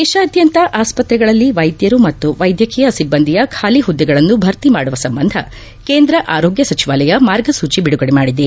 ದೇಶಾದ್ಯಂತ ಆಸ್ಪತ್ರೆಗಳಲ್ಲಿ ವೈದ್ಯರು ಮತ್ತು ವೈದ್ಯಕೀಯ ಸಿಬ್ಬಂದಿಯ ಖಾಲಿ ಹುದ್ದೆಗಳನ್ನು ಭರ್ತಿ ಮಾಡುವ ಸಂಬಂಧ ಕೇಂದ್ರ ಆರೋಗ್ಯ ಸಚಿವಾಲಯ ಮಾರ್ಗಸೂಚಿ ಬಿಡುಗಡೆ ಮಾಡಿದೆ